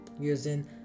using